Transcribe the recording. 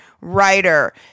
writer